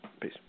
Peace